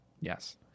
Yes